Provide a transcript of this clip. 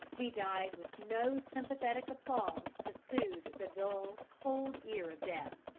he died with no sympathetic applause to soothe the dull, cold ear of death.